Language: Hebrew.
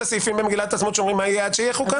הסעיפים במגילת העצמאות שאומרים מה יהיה עד שתהיה חוקה?